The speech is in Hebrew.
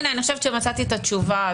הינה, אני חושבת שמצאתי את התשובה.